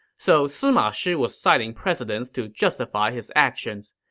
so sima shi was citing precedents to justify his actions.